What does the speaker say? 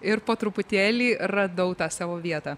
ir po truputėlį radau tą savo vietą